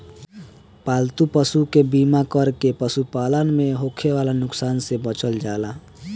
पालतू पशु के बीमा कर के पशुपालन में होखे वाला नुकसान से बचल जाला